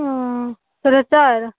ओ साढ़े चारि